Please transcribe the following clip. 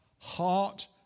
heart